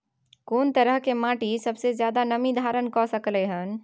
कोन तरह के माटी सबसे ज्यादा नमी धारण कर सकलय हन?